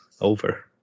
over